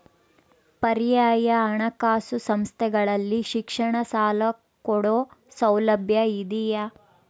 ಪರ್ಯಾಯ ಹಣಕಾಸು ಸಂಸ್ಥೆಗಳಲ್ಲಿ ಶಿಕ್ಷಣ ಸಾಲ ಕೊಡೋ ಸೌಲಭ್ಯ ಇದಿಯಾ?